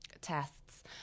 tests